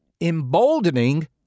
emboldening